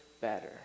better